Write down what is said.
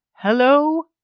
Hello